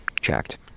Checked